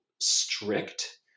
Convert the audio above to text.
strict